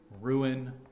ruin